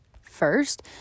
first